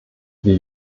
wir